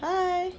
hi